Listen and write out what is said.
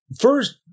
first